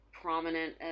prominent